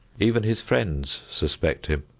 even his friends suspect him.